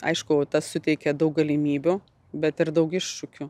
aišku tas suteikia daug galimybių bet ir daug iššūkių